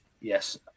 Yes